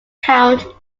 count